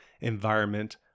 environment